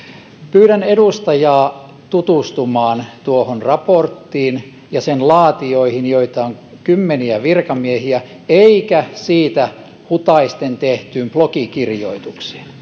pyydän edustajaa tutustumaan tuohon raporttiin ja sen laatijoihin joita on kymmeniä virkamiehiä eikä siitä hutaisten tehtyyn blogikirjoitukseen